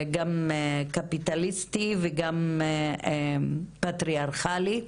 גם קפיטליסטי וגם פטריארכלי,